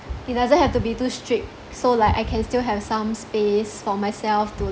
it doesn't have to be too strict so like I can still have some space for myself to